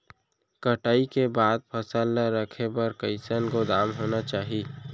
कटाई के बाद फसल ला रखे बर कईसन गोदाम होना चाही?